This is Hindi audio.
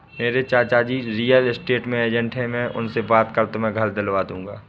मेरे चाचाजी रियल स्टेट के एजेंट है मैं उनसे बात कर तुम्हें घर दिलवा दूंगा